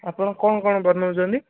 ଆପଣ କ'ଣ କ'ଣ ବନଉଛନ୍ତି